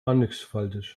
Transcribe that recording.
mannigfaltig